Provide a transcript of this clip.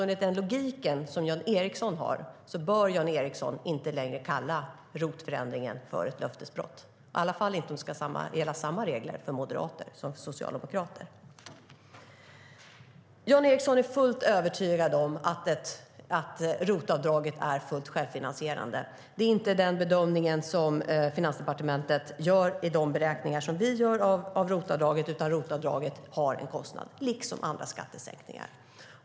Enligt den logik som Jan Ericson har bör han därför inte längre kalla ROT-förändringen för ett löftesbrott - i alla fall inte om det ska gälla samma regler för moderater som för socialdemokrater. Jan Ericson är helt övertygad om att ROT-avdraget är fullt självfinansierande. Det är inte den bedömning som Finansdepartementet gör i de beräkningar som vi gör av ROT-avdraget. Det har en kostnad, liksom andra skattesänkningar.